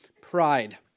pride